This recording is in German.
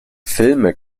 filme